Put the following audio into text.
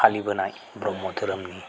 फालिबोनाय ब्रह्म धोरोमनि